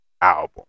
album